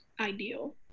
ideal